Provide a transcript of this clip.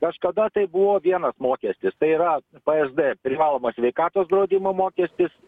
kažkada tai buvo vienas mokestis tai yra psd privalomas sveikatos draudimo mokestis